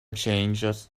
changes